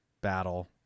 battle